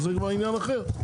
זה כבר עניין אחר,